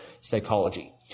psychology